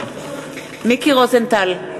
מיקי רוזנטל,